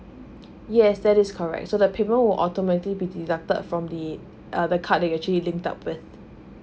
yes that is correct so the payment will automatic be deducted from the uh the card that you actually linked up with